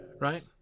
right